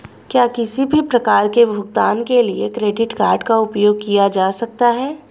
क्या किसी भी प्रकार के भुगतान के लिए क्रेडिट कार्ड का उपयोग किया जा सकता है?